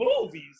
movies